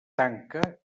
tanca